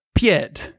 pied